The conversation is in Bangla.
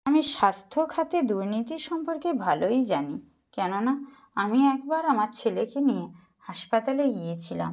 আমি স্বাস্থ্যখাতে দুর্নীতির সম্পর্কে ভালোই জানি কেননা আমি একবার আমার ছেলেকে নিয়ে হাসপাতালে গিয়েছিলাম